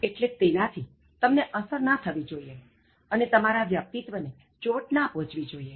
એટલે તેનાથી તમને અસર ન થવી જોઇએ અને તમારા વ્યક્તિત્ત્વને ચોટ ન પહોંચવી જોઇએ